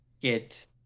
get